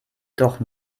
doch